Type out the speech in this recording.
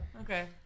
Okay